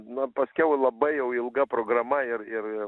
na paskiau labai jau ilga programa ir ir